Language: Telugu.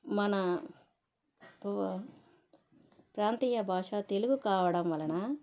మన ప్రాంతీయ భాష తెలుగు కావడం వలన